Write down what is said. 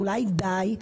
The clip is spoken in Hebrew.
ואולי די?